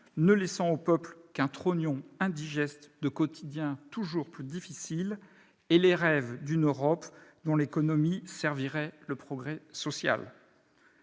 ne laissant aux peuples qu'un trognon indigeste de quotidiens toujours plus difficiles et des rêves d'une Europe dont l'économie servirait le progrès social.